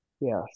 Yes